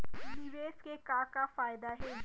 निवेश के का का फयादा हे?